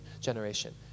generation